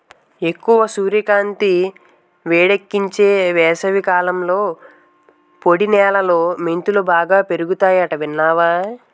ఎక్కువ సూర్యకాంతి, వేడెక్కించే వేసవికాలంలో పొడి నేలలో మెంతులు బాగా పెరుగతాయట విన్నావా